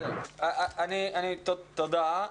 תודה,